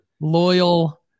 loyal